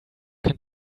can